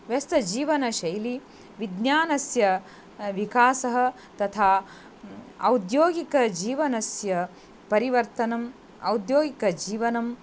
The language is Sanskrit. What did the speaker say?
व्यस्तजीवनशैली विज्ञानस्य विकासः तथा औद्योगिकजीवनस्य परिवर्तनम् औद्योगिकजीवनं